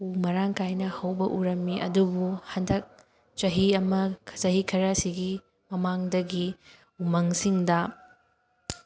ꯎ ꯃꯔꯥꯡ ꯀꯥꯏꯅ ꯍꯧꯕ ꯎꯔꯝꯃꯤ ꯑꯗꯨꯕꯨ ꯍꯟꯗꯛ ꯆꯍꯤ ꯑꯃ ꯆꯍꯤ ꯈꯔ ꯑꯁꯤꯒꯤ ꯃꯃꯥꯡꯗꯒꯤ ꯎꯃꯪꯁꯤꯡꯗ